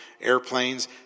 airplanes